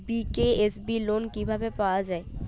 BKSB loan কিভাবে পাওয়া যাবে?